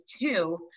two